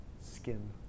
skin